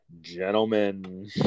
gentlemen